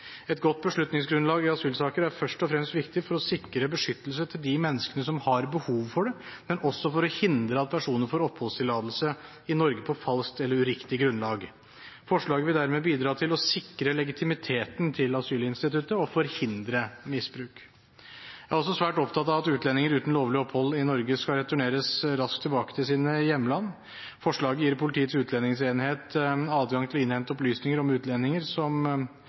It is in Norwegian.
Et godt beslutningsgrunnlag i asylsaker er først og fremst viktig for å sikre beskyttelse til de menneskene som har behov for det, men også for å hindre at personer får oppholdstillatelse i Norge på falskt eller uriktig grunnlag. Forslaget vil dermed bidra til å sikre legitimiteten til asylinstituttet og forhindre misbruk. Jeg er også svært opptatt av at utlendinger uten lovlig opphold i Norge skal returneres raskt tilbake til sine hjemland. Forslaget gir Politiets utlendingsenhet adgang til å innhente opplysninger om utlendinger som